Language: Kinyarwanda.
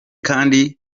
kandi